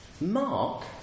Mark